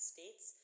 States